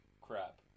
crap